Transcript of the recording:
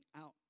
out